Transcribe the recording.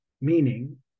meaning